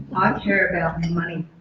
ah care about money